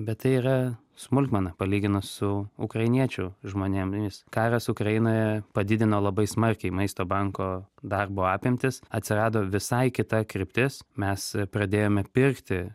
bet tai yra smulkmena palyginus su ukrainiečių žmonėmis karas ukrainoje padidino labai smarkiai maisto banko darbo apimtis atsirado visai kita kryptis mes pradėjome pirkti